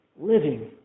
living